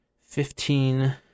Fifteen